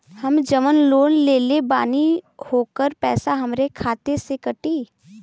हम जवन लोन लेले बानी होकर पैसा हमरे खाते से कटी?